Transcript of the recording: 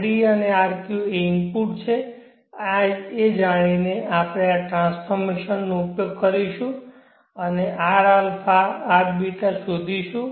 rd અને rq એ input છે આ જાણીને આપણે આ ટ્રાન્સફોર્મશન નો ઉપયોગ કરીશું અને rα અને rß શોધીશું